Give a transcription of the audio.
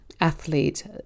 athlete